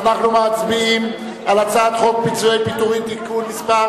אנחנו מצביעים על הצעת חוק פיצויי פיטורים (תיקון מס'